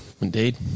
indeed